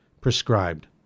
prescribed